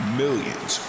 millions